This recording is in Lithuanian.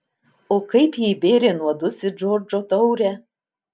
o kaip ji įbėrė nuodus į džordžo taurę